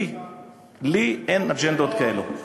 לי אין אג'נדות כאלה.